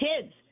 kids